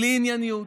בלי ענייניות,